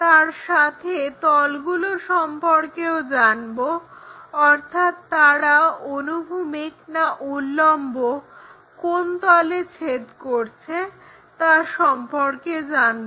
তার সাথে তলগুলো সম্পর্কেও জানবো অর্থাৎ তারা অনুভূমিক না এই কোনো তলে ছেদ করছে তা সম্পর্কে জানবো